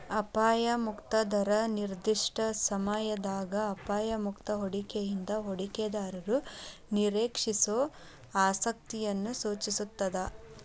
ಅಪಾಯ ಮುಕ್ತ ದರ ನಿರ್ದಿಷ್ಟ ಸಮಯದಾಗ ಅಪಾಯ ಮುಕ್ತ ಹೂಡಿಕೆಯಿಂದ ಹೂಡಿಕೆದಾರರು ನಿರೇಕ್ಷಿಸೋ ಆಸಕ್ತಿಯನ್ನ ಸೂಚಿಸ್ತಾದ